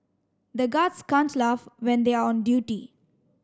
the guards can't laugh when they are on duty